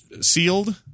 sealed